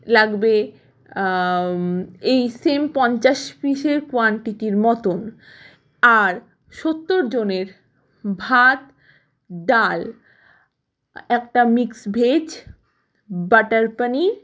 লাগবে এই সেম পঞ্চাশ পিসের কোয়ান্টিটির মতন আর সত্তর জনের ভাত ডাল একটা মিক্সভেজ বাটার পানীর